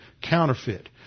counterfeit